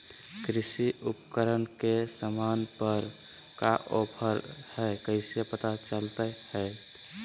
कृषि उपकरण के सामान पर का ऑफर हाय कैसे पता चलता हय?